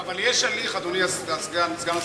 אבל יש הליך, אדוני סגן השר,